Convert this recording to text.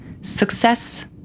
Success